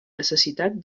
necessitat